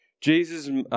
Jesus